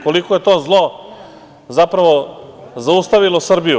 Koliko je to zlo zapravo zaustavilo Srbiju.